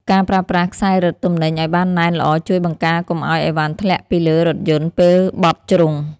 ការប្រើប្រាស់ខ្សែរឹតទំនិញឱ្យបានណែនល្អជួយបង្ការកុំឱ្យអីវ៉ាន់ធ្លាក់ពីលើរថយន្តពេលបត់ជ្រុង។